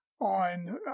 on